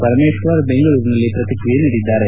ಪರಮೇಶ್ವರ್ ಬೆಂಗಳೂರಿನಲ್ಲಿ ಪ್ರತಿಕ್ರಿಯಿಸಿದ್ದಾರೆ